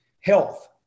Health